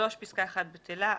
פסקה (1) בטלה.